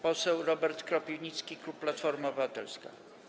Poseł Robert Kropiwnicki, klub Platforma Obywatelska.